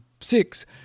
six